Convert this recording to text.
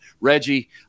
Reggie